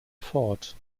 fort